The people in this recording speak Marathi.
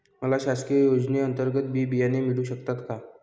मला शासकीय योजने अंतर्गत बी बियाणे मिळू शकतात का?